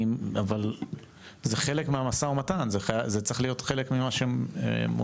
אבל זה חלק מהמשא ומתן זה צריך להיות חלק ממה שמונח